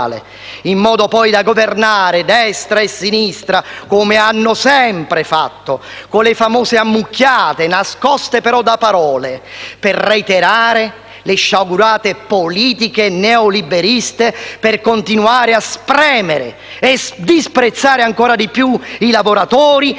in modo poi da governare, destra e sinistra, come hanno sempre fatto, con le famose ammucchiate, nascoste però da parole per reiterare le sciagurate politiche neoliberiste, per continuare a spremere e disprezzare ancora di più i lavoratori e i piccoli